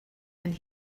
and